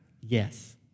Yes